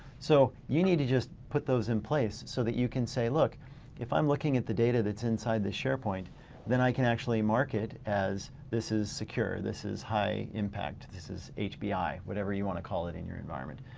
so you need to just put those in place so that you can say look if i'm looking at the data that's inside the sharepoint then i can actually market as this is secure. this is high impact. this is hbi whatever you want to call it in your environment.